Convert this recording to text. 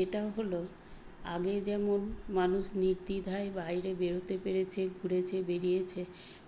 যেটা হলো আগে যেমন মানুষ নির্দ্বিধায় বাইরে বেরোতে পেরেছে ঘুরেছে বেড়িয়েছে